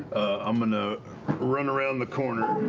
i'm going to run around the corner.